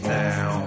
now